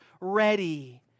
ready